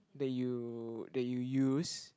that you that you use